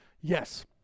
yes